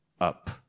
up